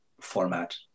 format